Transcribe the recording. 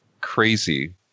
crazy